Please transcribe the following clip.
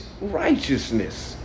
righteousness